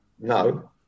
No